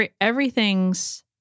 Everything's